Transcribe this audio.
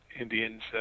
Indians